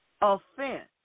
offense